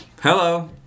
Hello